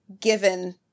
given